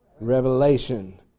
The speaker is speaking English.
revelation